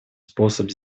способ